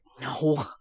No